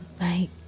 Right